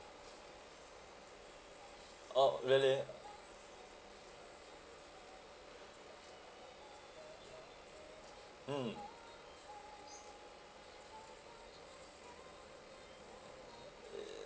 orh really mm uh